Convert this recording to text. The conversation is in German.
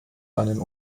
einen